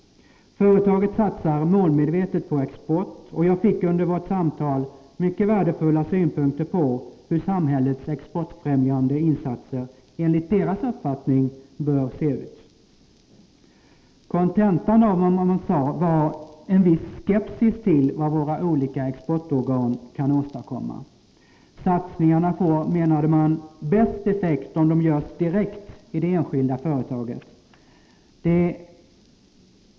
Företaget satsar målmedvetet på export, och jag fick under vårt samtal värdefulla synpunkter på hur samhällets exportfrämjande insatser enligt deras uppfattning bör se ut. Kontentan av vad man sade var en viss skepsis till vad våra olika exportorgan kan åstadkomma. Satsningarna får, menade man, bäst effekt om de görs direkt i det enskilda företaget.